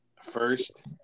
first